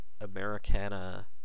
Americana